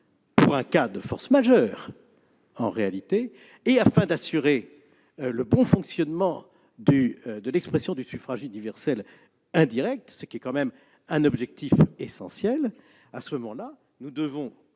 pour un cas de force majeure et afin d'assurer le bon fonctionnement de l'expression du suffrage universel indirect, ce qui est tout de même un objectif essentiel, nous devons